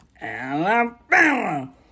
Alabama